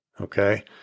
Okay